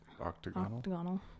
octagonal